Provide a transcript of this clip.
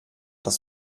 des